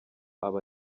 aba